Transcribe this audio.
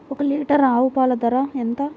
ఒక్క లీటర్ ఆవు పాల ధర ఎంత?